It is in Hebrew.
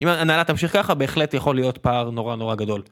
אם הנהלת תמשיך ככה בהחלט יכול להיות פער נורא נורא גדול.